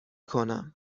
کنم